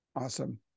Awesome